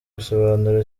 bisobanura